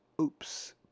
Oops